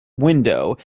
window